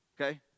Okay